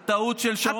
הטעות של שרון ואולמרט,